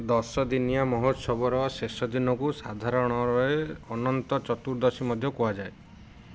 ଦଶ ଦିନିଆ ମହୋତ୍ସବର ଶେଷ ଦିନକୁ ସାଧାରଣରେ ଅନନ୍ତ ଚତୁର୍ଦ୍ଦଶୀ ମଧ୍ୟ କୁହାଯାଏ